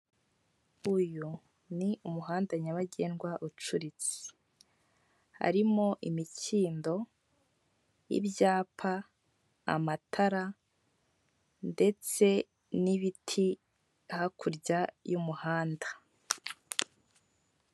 Uyu ni umuhanda nyabagendwa ucuritse, harimo imikindo, ibyapa, amatara ndetse n'ibiti hakurya y'umuhanda.